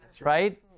right